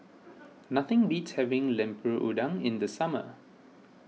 nothing beats having Lemper Udang in the summer